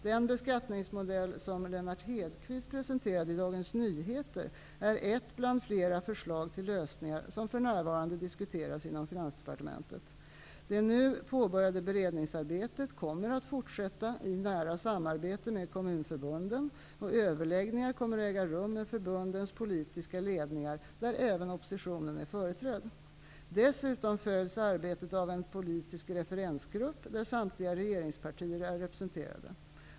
Den beskattningsmodell som Lennart Hedquist presenterade i Dagens Nyheter är ett bland flera förslag till lösningar som för närvarande diskuteras inom Finansdepartementet. Det nu påbörjade beredningsarbetet kommer att fortsätta i nära samarbete med kommunförbunden, och överläggningar kommer att äga rum med förbundens politiska ledningar där även oppositionen är företrädd. Dessutom följs arbetet av en politisk referensgrupp, där samtliga regeringspartier är representerade.